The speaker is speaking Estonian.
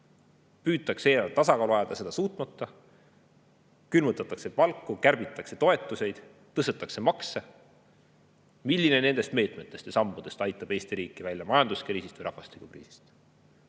Püütakse eelarvet tasakaalu ajada, seda suutmata, külmutatakse palku, kärbitakse toetusi, tõstetakse makse. Milline nendest meetmetest ja sammudest aitab Eesti riigi välja majanduskriisist või rahvastikukriisist?